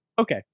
Okay